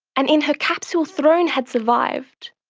and in her capsule throne had survived,